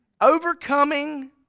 Overcoming